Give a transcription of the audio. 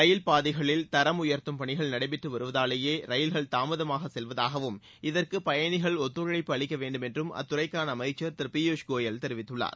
ரயில் பாதைகளில் தரம் உயர்த்தும் பணிகள் நடைபெற்று வருவதாலேயே ரயில்கள் தாமதமாக செல்வதாகவும் இதற்கு பயணிகள் ஒத்துழைப்பு அளிக்க வேண்டுமென்றும் அத்துறைக்கான அமைச்சா் திரு பியூஸ் கோயல் தெரிவித்துள்ளார்